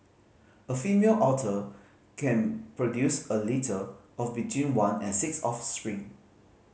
a female otter can produce a litter of between one and six offspring